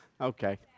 Okay